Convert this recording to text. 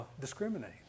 discriminate